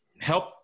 help